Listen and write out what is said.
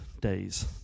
days